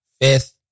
fifth